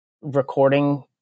recording